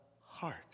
heart